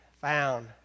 found